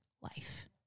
life